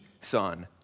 son